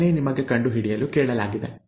ಅದನ್ನೇ ನಿಮಗೆ ಕಂಡುಹಿಡಿಯಲು ಕೇಳಲಾಗಿದೆ